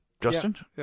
Justin